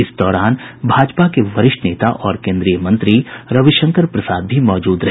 इस दौरान भाजपा के वरिष्ठ नेता और कोन्द्रीय मंत्री रविशंकर प्रसाद भी मौजूद रहे